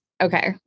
okay